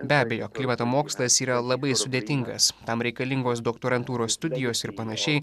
be abejo klimato mokslas yra labai sudėtingas tam reikalingos doktorantūros studijos ir panašiai